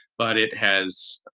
but it has,